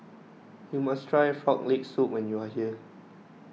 you must try Frog Leg Soup when you are here